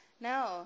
No